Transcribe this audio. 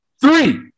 three